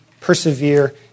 persevere